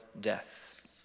death